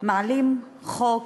מעלים חוק